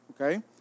okay